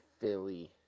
Philly